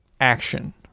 action